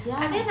ya